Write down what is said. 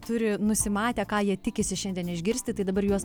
turi nusimatę ką jie tikisi šiandien išgirsti tai dabar juos